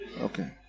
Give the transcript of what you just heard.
Okay